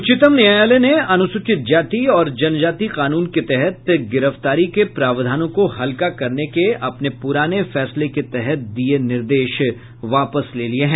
उच्चतम न्यायालय ने अनुसूचित जाति और जनजाति कानून के तहत गिरफ्तारी के प्रावधानों को हल्का करने के अपने पुराने फैसले के तहत दिये निर्देश वापस ले लिये हैं